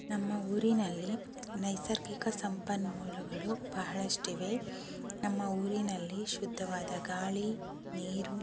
ನಮ್ಮ ಊರಿನಲ್ಲಿ ನೈಸರ್ಗಿಕ ಸಂಪನ್ಮೂಲಗಳು ಬಹಳಷ್ಟಿವೆ ನಮ್ಮ ಊರಿನಲ್ಲಿ ಶುದ್ಧವಾದ ಗಾಳಿ ನೀರು